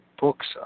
books